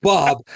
Bob